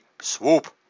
swoop